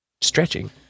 stretching